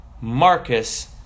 Marcus